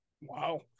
Wow